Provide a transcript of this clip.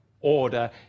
order